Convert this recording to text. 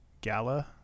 Gala